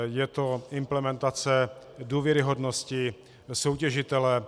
Je to implementace důvěryhodnosti soutěžitele.